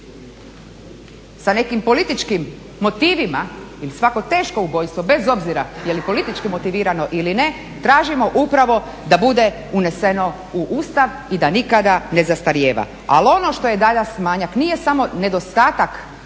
sa nekim političkim motivima ili svako teško ubojstvo bez obzira je li politički motivirano ili ne tražimo upravo da bude uneseno i Ustav i da nikada ne zastarijeva. Ali ono što je danas manjak nije samo nedostatak